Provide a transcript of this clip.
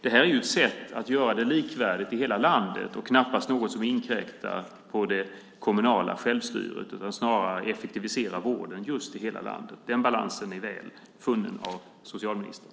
Det är ett sätt att göra det likvärdigt i hela landet och knappast något som inkräktar på det kommunala självstyret utan snarare effektiviserar vården i hela landet. Den balansen är väl funnen av socialministern.